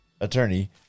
attorney